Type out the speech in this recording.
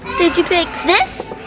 did you pick this?